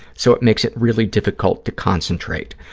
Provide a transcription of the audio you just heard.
so it makes it really difficult to concentrate.